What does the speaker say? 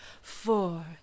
four